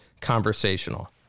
conversational